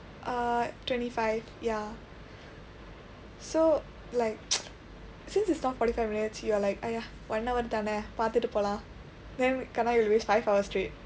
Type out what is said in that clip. err twenty five ya so like since it's not forty five minutes you're like !aiya! one hour தானே பார்த்துட்டு போலாம்:thaane paarthuttu polaam then kena you waste five hours straight